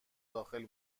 داخل